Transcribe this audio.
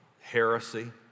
heresy